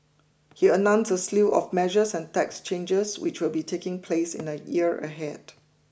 he announced a slew of measures and tax changes which will be taking place in the year ahead